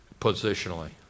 Positionally